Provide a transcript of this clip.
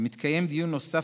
ומתקיים דיון נוסף,